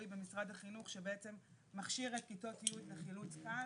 במשרד החינוך שמכשיר את כיתות י' לחילוץ קל.